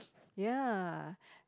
ya